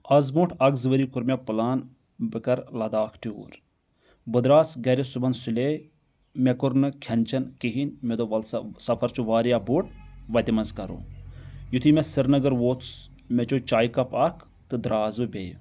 آز بونٛٹھ اکھ زٕ ؤری کوٚر مےٚ پٕلان بہٕ کرٕ لداخ ٹیٚوٗر بہٕ درٛاس گرِ صبحن صُلیے مےٚ کوٚر نہٕ کھٮ۪ن چٮ۪ن کہینۍ مےٚ دوٚپ ولسہ سفر چھُ واریاہ بوٚڑ وتہِ منٛز کرو یُتھٕے مےٚ سرنگر ووتُس مےٚ چیٚو چایہِ کپ اکھ تہٕ درٛاس بہٕ بییٚہِ